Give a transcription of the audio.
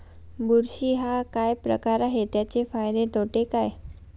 बुरशी हा काय प्रकार आहे, त्याचे फायदे तोटे काय?